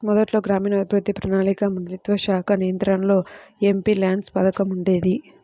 మొదట్లో గ్రామీణాభివృద్ధి, ప్రణాళికా మంత్రిత్వశాఖ నియంత్రణలో ఎంపీల్యాడ్స్ పథకం ఉండేది